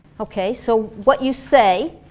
okay, so what you say,